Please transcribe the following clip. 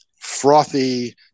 frothy